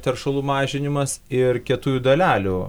teršalų mažinimas ir kietųjų dalelių